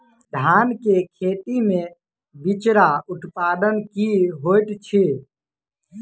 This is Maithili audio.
धान केँ खेती मे बिचरा उत्पादन की होइत छी?